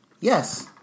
Yes